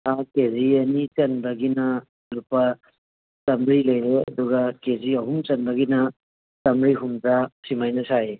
ꯀꯦꯖꯤ ꯑꯅꯤ ꯆꯟꯕꯒꯤꯅ ꯂꯨꯄꯥ ꯆꯥꯝꯃ꯭ꯔꯤ ꯂꯩꯔꯦ ꯑꯗꯨꯒ ꯀꯦꯖꯤ ꯑꯍꯨꯝ ꯆꯟꯕꯒꯤꯅ ꯆꯥꯝꯃ꯭ꯔꯤ ꯍꯨꯝꯗ꯭ꯔꯥ ꯁꯤꯃꯥꯏꯅ ꯁꯥꯏꯌꯦ